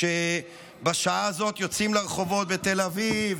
שבשעה הזאת יוצאים לרחובות בתל אביב,